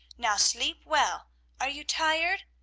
now sleep well are you tired?